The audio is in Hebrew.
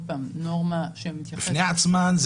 בפני עצמן,